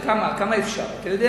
כמה אפשר?